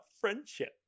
friendship